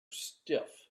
stiff